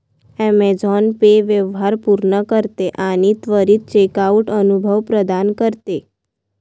Amazon Pay व्यवहार पूर्ण करते आणि त्वरित चेकआउट अनुभव प्रदान करते